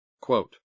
Quote